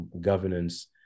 governance